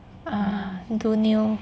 ah do nail